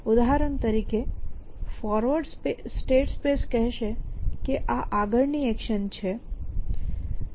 ઉદાહરણ તરીકે forward state space કહેશે કે આ આગળની એક્શન છે